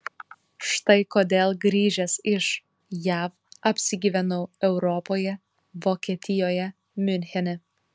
štai kodėl grįžęs iš jav apsigyvenau europoje vokietijoje miunchene